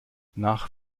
nach